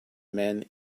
men